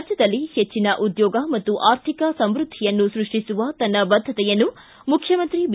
ರಾಜ್ಯದಲ್ಲಿ ಪೆಚ್ಚಿನ ಉದ್ಯೋಗ ಮತ್ತು ಆರ್ಥಿಕ ಸಮೃದ್ಧಿಯನ್ನು ಸೃಷ್ಟಿಸುವ ತನ್ನ ಬದ್ಧತೆಯನ್ನು ಮುಖ್ಯಮಂತ್ರಿ ಬಿ